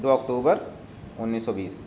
دو اکتوبر انیس سو بیس